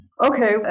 okay